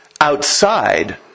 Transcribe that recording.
Outside